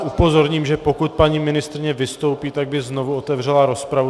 Upozorním, že pokud paní ministryně vystoupí, tak by znovu otevřela rozpravu.